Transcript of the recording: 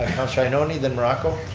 so ioannoni, then morocco,